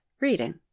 reading